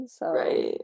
right